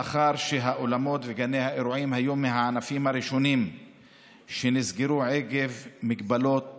לאחר שהאולמות וגני האירועים היו מהענפים הראשונים שנסגרו עקב מגבלות